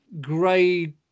grade